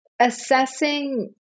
assessing